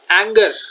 anger